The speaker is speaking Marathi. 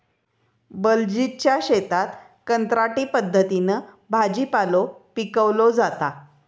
बलजीतच्या शेतात कंत्राटी पद्धतीन भाजीपालो पिकवलो जाता